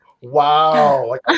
wow